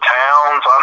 towns